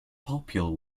popular